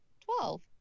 Twelve